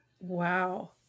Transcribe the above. wow